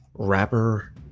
Rapper